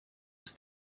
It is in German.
ist